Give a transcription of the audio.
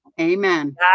Amen